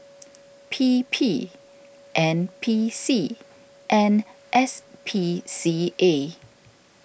P P N P C and S P C A